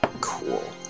Cool